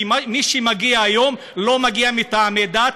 כי מי שמגיע היום לא מגיע מטעמי דת,